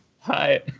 Hi